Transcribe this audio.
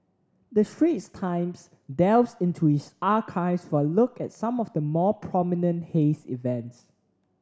the Straits Times delves into its archives for a look at some of the more prominent haze events